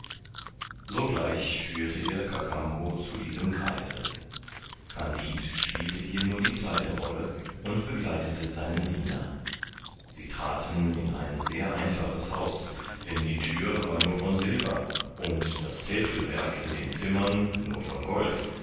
sogleich führte er kakambo zu diesem greise kandid spielte hier nur die zweite rolle und begleitete seinen diener sie traten in ein sehr einfaches haus denn die thür war nur von silber und das täfelwerk in den zimmern nur von gold